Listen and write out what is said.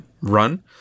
run